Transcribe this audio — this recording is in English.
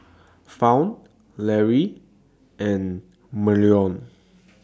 Fount Lary and